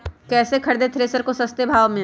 कैसे खरीदे थ्रेसर को सस्ते भाव में?